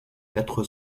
quatre